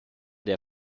der